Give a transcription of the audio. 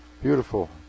Beautiful